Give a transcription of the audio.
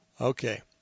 Okay